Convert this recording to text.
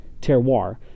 terroir